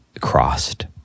crossed